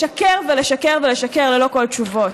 לשקר ולשקר, ולשקר ללא כל תשובות.